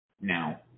Now